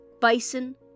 bison